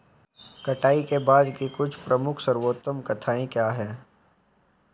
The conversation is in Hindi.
कटाई के बाद की कुछ प्रमुख सर्वोत्तम प्रथाएं क्या हैं?